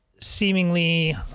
seemingly